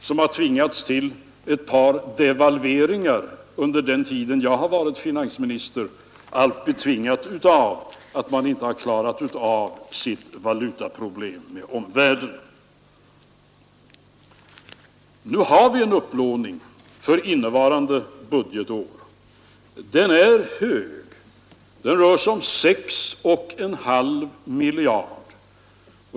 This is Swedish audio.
Under den tid som jag har varit finansminister har man där tvingats till ett par devalveringar, betingade av att man inte klarat av sina valutaproblem med omvärlden. Nu har vi också en upplåning för innevarande budgetår. Den är hög. Den rör sig om 6 1/2 miljarder.